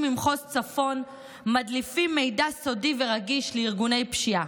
ממחוז צפון מדליפים מידע סודי ורגיש לארגוני פשיעה,